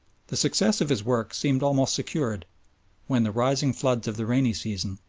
the success of his work seemed almost secured when the rising floods of the rainy season,